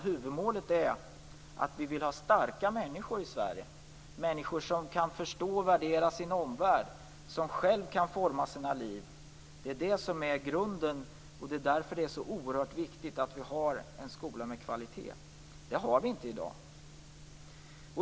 Huvudmålet är att få starka människor i Sverige, människor som kan förstå och värdera sin omvärld och som själva kan forma sina liv. Detta är grunden, och det är därför som det är så oerhört viktigt att vi har en skola med kvalitet. Det har vi inte i dag.